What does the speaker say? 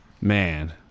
Man